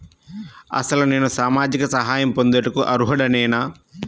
అసలు నేను సామాజిక సహాయం పొందుటకు అర్హుడనేన?